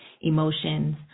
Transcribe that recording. emotions